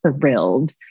thrilled